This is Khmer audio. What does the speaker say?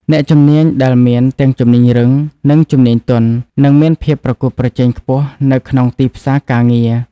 អ្នកជំនាញដែលមានទាំងជំនាញរឹងនិងជំនាញទន់នឹងមានភាពប្រកួតប្រជែងខ្ពស់នៅក្នុងទីផ្សារការងារ។